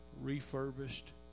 refurbished